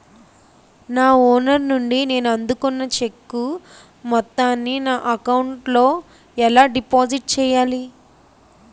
నా ఓనర్ నుండి నేను అందుకున్న చెక్కు మొత్తాన్ని నా అకౌంట్ లోఎలా డిపాజిట్ చేయాలి?